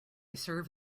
serve